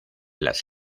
las